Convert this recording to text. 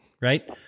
right